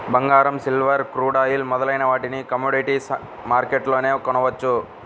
బంగారం, silver, crude oil మొదలైన వాటిని కమోడిటీస్ మార్కెట్లోనే కొనవచ్చు